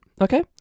okay